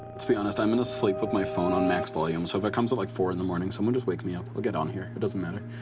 to be honest, i'm gonna sleep with my phone on max volume, so if it comes at like four in the morning, someone just wake me up. i'll get on here, it doesn't matter.